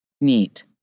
Neat